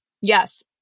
yes